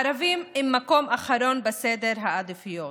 הערבים הם במקום אחרון בסדר העדיפויות,